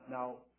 Now